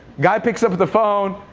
guy picks up the phone.